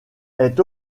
est